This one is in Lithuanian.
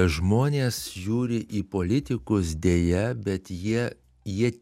žmonės žiūri į politikus deja bet jie jie